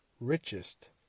richest